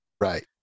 right